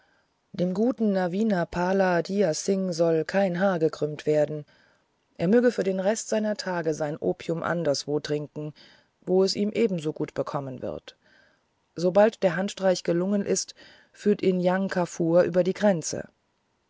dem guten navina pala dhyan singh soll kein haar gekrümmt werden er möge für den rest seiner tage sein opium anderswo trinken wo es ihm ebenso gut bekommen wird sobald der handstreich gelungen ist führt ihn jang kafur über die grenze